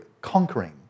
conquering